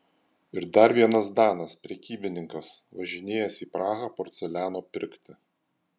ir dar vienas danas prekybininkas važinėjęs į prahą porceliano pirkti